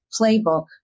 playbook